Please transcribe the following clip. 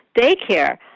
daycare